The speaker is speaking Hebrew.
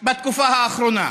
בתקופה האחרונה.